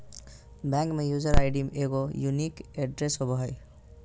bank में user ID एगो unique address होबो हइ